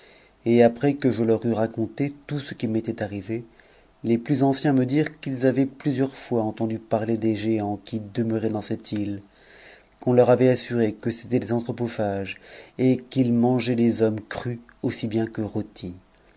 et après que je leur eus raconté tout ce qui m'était arrivé les plus anciens me dirent qu'ils avaient plusieurs fois entendu parler des géants qui demeuraient en cette lie qu'on leur avait assuré que c'étaient des anthropophages et qu'ils mgeaientles hommes crus aussi bien que rôtis